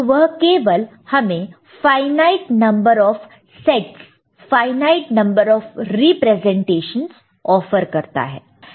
तो वह केवल हमें finite number of sets finite number of representations offer करता है